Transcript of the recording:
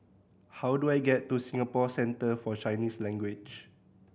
how do I get to Singapore Centre For Chinese Language